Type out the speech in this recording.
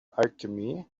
alchemy